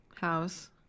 house